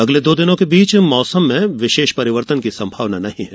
अगले दो दिनों के बीच मौसम में विशेष परिवर्तन की संभावना नही है